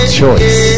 choice